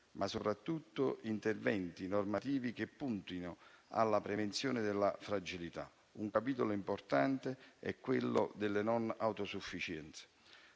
ma soprattutto interventi normativi che puntino alla prevenzione della fragilità. Un capitolo importante è quello delle non autosufficienze.